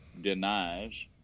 denies